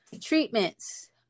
treatments